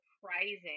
surprising